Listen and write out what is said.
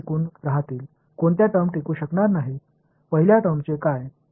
எது நீடித்து இருக்காது என்ற எப்படி சொல்ல முடியும் முதல் வெளிப்பாடு என்ன ஆயிற்று